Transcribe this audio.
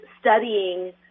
studying